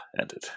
ended